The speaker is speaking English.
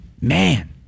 man